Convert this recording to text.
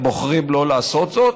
הם בוחרים לא לעשות זאת.